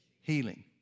healing